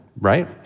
right